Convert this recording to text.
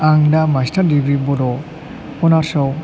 आं दा master degree बड' अनार्सआव